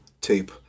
tape